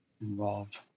involved